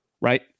right